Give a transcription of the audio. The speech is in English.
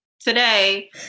today